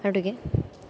ಅಡುಗೆ